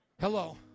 Hello